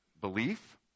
belief